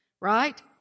Right